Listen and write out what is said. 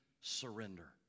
surrender